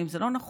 האם זה לא נכון.